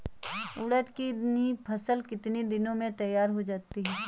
उड़द की फसल कितनी दिनों में तैयार हो जाती है?